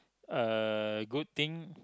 uh good thing